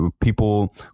people